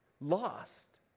lost